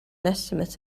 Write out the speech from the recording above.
estimate